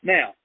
Now